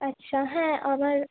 আচ্ছা হ্যাঁ আমার